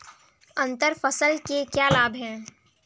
अंतर फसल के क्या लाभ हैं?